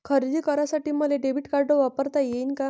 खरेदी करासाठी मले डेबिट कार्ड वापरता येईन का?